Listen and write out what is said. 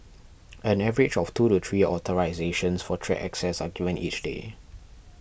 an average of two to three authorisations for track access are given each day